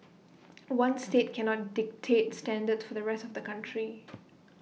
one state cannot dictate standards for the rest of the country